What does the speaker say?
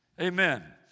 Amen